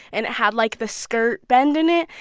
and it had, like, the skirt bend in it.